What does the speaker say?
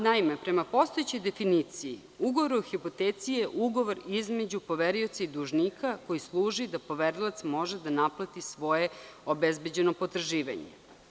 Naime, prema postojećoj definiciji, ugovor o hipoteci je ugovor između poverioca i dužnika koji služi da poverilac može da naplati svoje obezbeđeno potraživanje.